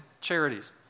charities